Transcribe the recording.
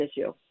issue